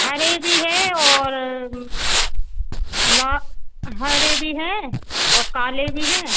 हरे भी हैं और ला हरे भी हैं और काले भी हैं